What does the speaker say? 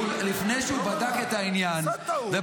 לפני שהוא בדק את העניין -- הוא עשה טעות, יוראי.